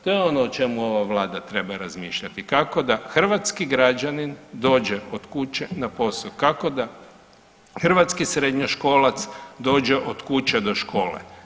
To je ono o čemu ova Vlada treba razmišljati kao da hrvatski građanin dođe od kuće na posao, kako da hrvatski srednjoškolac dođe od kuće do škole.